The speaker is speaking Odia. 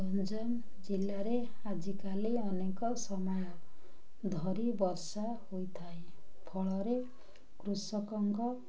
ଗଞ୍ଜାମ ଜିଲ୍ଲାରେ ଆଜିକାଲି ଅନେକ ସମୟ ଧରି ବର୍ଷା ହୋଇଥାଏ ଫଳରେ କୃଷକଙ୍କ